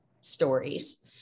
stories